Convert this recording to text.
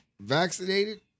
Vaccinated